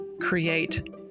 Create